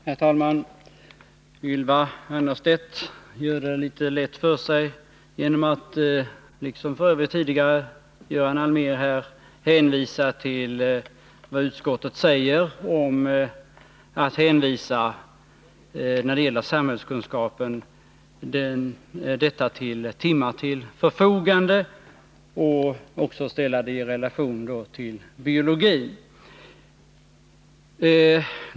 Herr talman! Ylva Annerstedt gör det litet lätt för sig genom att liksom f.ö. Göran Allmér tidigare peka på vad utskottet säger beträffande att hänvisa samhällskunskapen till timmar till förfogande och ställa samhällskunskapen i relation till biologin.